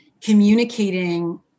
communicating